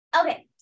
Okay